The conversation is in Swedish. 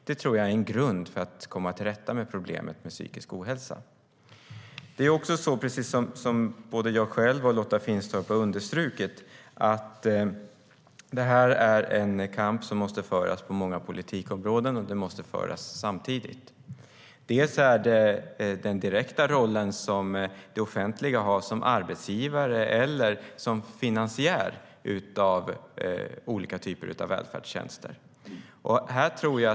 Det tror jag är en grund för att komma till rätta med problemet med psykisk ohälsa. Precis som både jag själv och Lotta Finstorp har understrukit är det här en kamp som måste föras på många politikområden, och den måste föras samtidigt. Det handlar om den direkta roll som det offentliga har som arbetsgivare eller som finansiär av olika välfärdstjänster.